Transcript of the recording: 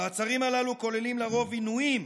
המעצרים הללו כוללים לרוב עינויים,